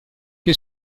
che